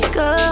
go